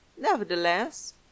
nevertheless